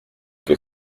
que